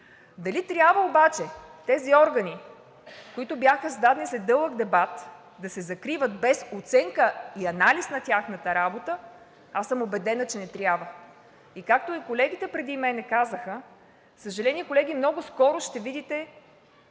Дали трябва обаче тези органи, които бяха създадени след дълъг дебат, да се закриват без оценка и анализ на тяхната работа, аз съм убедена, че не трябва. И както и колегите преди мен казаха, за съжаление, колеги, много скоро ще видите